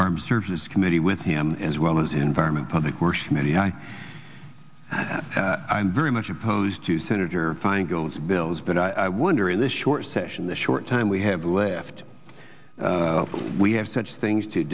armed services committee with him as well as environment public were smitty i i'm very much opposed to senator feingold's bills but i wonder in this short session the short time we have left we have such things to